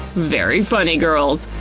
very funny, girls.